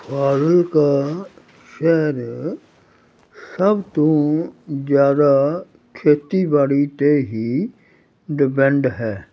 ਫ਼ਾਜ਼ਿਲਕਾ ਸ਼ਹਿਰ ਸਭ ਤੋਂ ਜ਼ਿਆਦਾ ਖੇਤੀਬਾੜੀ 'ਤੇ ਹੀ ਡਿਪੈਂਡ ਹੈ